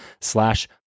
slash